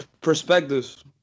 perspectives